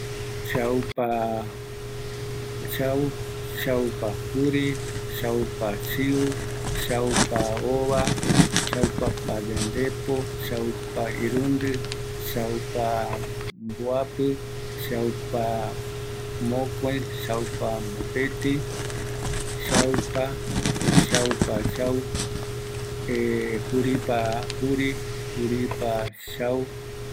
Chaupa chau, chaupa juri, chaupa siu, chaupa ova, chaupa pandepo, chaupa irundɨ, chaupa mboapɨ chaupa mokoi, chaupa mopetï, juripa chau